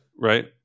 Right